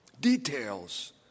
Details